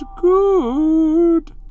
good